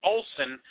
Olson